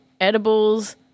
edibles